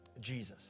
Jesus